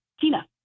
Tina